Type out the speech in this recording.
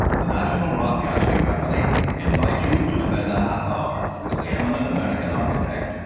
the national broadcasting company invites you to spend a half hour with the eminent american architect,